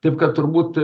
taip kad turbūt